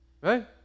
Right